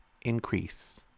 increase